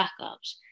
backups